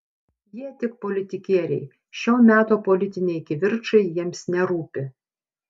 jie tik politikieriai šio meto politiniai kivirčai jiems nerūpi